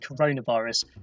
coronavirus